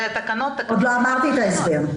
עוד לא אמרתי את ההסבר.